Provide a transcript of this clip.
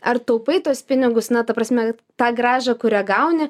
ar taupai tuos pinigus na ta prasme tą grąžą kurią gauni